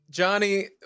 Johnny